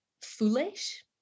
foolish